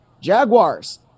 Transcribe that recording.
Jaguars